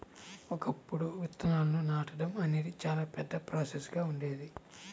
ఒకప్పుడు విత్తనాలను నాటడం అనేది చాలా పెద్ద ప్రాసెస్ గా ఉండేది